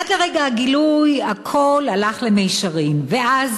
עד לרגע הגילוי הכול הלך למישרין, ואז